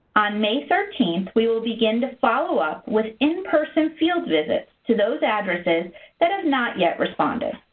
may thirteen, we will begin to follow up with in-person field visits to those addresses that have not yet responded.